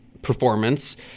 performance